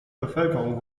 bevölkerung